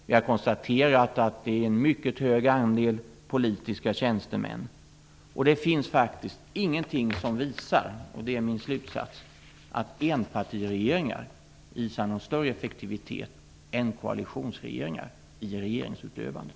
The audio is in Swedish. Vi har konstaterat att det är en mycket hög andel politiska tjänstemän. Det finns faktiskt ingenting som tyder på, och det är min slutsats, att enpartiregeringar visar större effektivitet än koalitionsregeringar i regeringsutövandet.